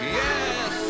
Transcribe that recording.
yes